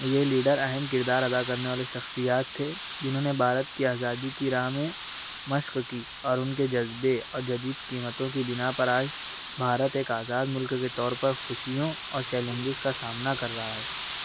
یہ لیڈر اہم کردار ادا کرنے والے شخصیات تھے جنہوں نے بھارت کی آزادی کی راہ میں مشق کی اور ان کے جذبے اور جدید قیمتوں کی بنا پر آج بھارت ایک آزاد ملک کے طور پر خوشیوں اور چیلنجز کا سامنا کر رہا ہے